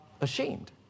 ashamed